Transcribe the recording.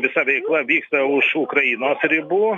visa veikla vyksta už ukrainos ribų